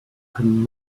open